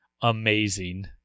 amazing